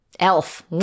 Elf